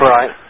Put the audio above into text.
Right